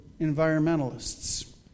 environmentalists